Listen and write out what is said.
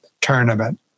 tournament